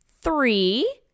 Three